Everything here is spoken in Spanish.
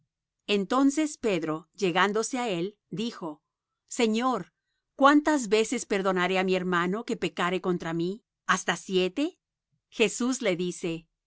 entonces pedro llegándose á él dijo señor cuántas veces perdonaré á mi hermano que pecare contra mí hasta siete jesús le dice